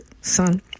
son